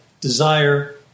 desire